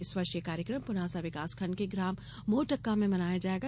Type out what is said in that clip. इस वर्ष यह कार्यक्रम प्नासा विकासखंड के ग्राम मोरटक्का में मनाया जायेगा